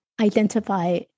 identify